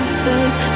face